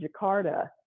Jakarta